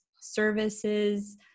services